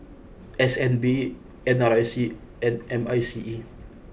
S N B N R I C and M I C E